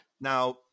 Now